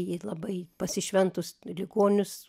ji labai pasišventus ligonius